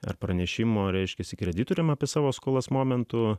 ar pranešimo reiškiasi kreditoriams apie savo skolas momentu